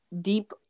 deep